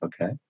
Okay